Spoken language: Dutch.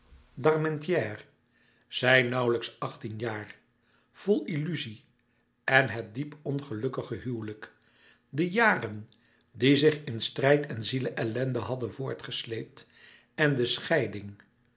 baron d'armentières zij nauwlijks achttien jaar vol illuzie en het diep ongelukkige huwelijk de jaren die zich in strijd en ziele ellende hadden voortgesleept en de scheiding